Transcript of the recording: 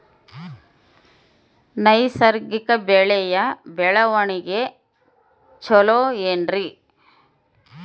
ನೈಸರ್ಗಿಕ ಬೆಳೆಯ ಬೆಳವಣಿಗೆ ಚೊಲೊ ಏನ್ರಿ?